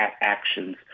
actions